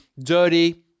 dirty